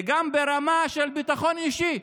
זה גם ברמה של ביטחון אישי.